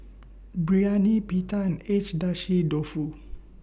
Biryani Pita and Agedashi Dofu